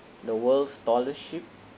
the world